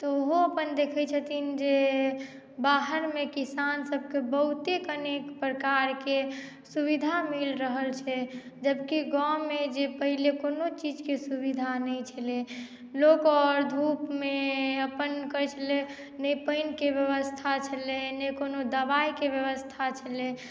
तऽ ओहो अपन देखै छथिन जे बाहरमे किसानसभ के बहुते अनेक प्रकारके सुविधा मिल रहल छै जबकि गांवमे जे पहिले कोनो चीजके सुविधा नहि छलै लोक और धूपमे अपन करै छलै नहि पानिके व्यवस्था छलै नहि कोनो दवाईक व्यवस्था छलै